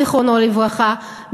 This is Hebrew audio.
זיכרונו לברכה,